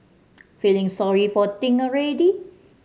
feeling sorry for Ting already